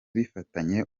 bifitanye